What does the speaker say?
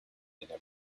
every